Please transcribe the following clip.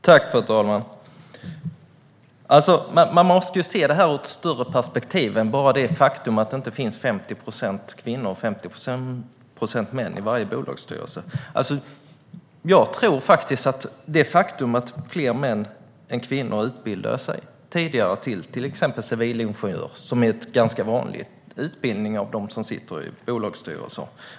Fru talman! Man måste se det här i ett större perspektiv än bara det faktum att det inte finns 50 procent kvinnor och 50 procent män i varje bolagsstyrelse. Det är ett faktum att fler män än kvinnor tidigare utbildat sig till exempel till civilingenjör, som är en ganska vanlig utbildning hos dem som sitter i bolagsstyrelser.